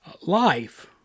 life